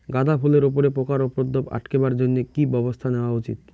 গাঁদা ফুলের উপরে পোকার উপদ্রব আটকেবার জইন্যে কি ব্যবস্থা নেওয়া উচিৎ?